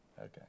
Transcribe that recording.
Okay